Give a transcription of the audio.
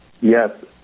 Yes